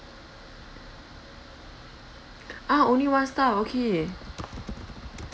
ah only one staff okay